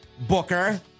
Booker